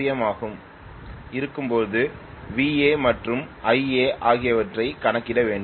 M ஆக இருக்கும்போது Va மற்றும் Ia ஆகியவற்றைக் கணக்கிட வேண்டும்